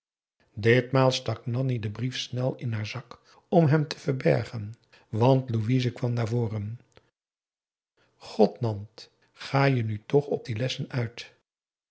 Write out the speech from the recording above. ditmaal stak nanni den brief snel in haar zak om hem te verbergen want louise kwam naar voren god nant ga je nu toch op die lessen uit